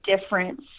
difference